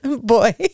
boy